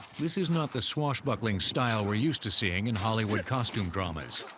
this is not the swashbuckling style we're used to seeing in hollywood costume dramas,